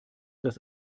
das